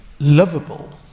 lovable